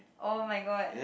oh-my-god